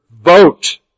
Vote